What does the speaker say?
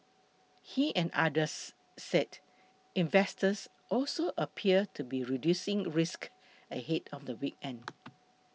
he and others said investors also appeared to be reducing risk ahead of the weekend